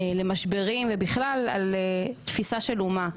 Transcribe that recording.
למשברים ובכלל על תפיסה של אומה.